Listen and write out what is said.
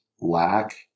lack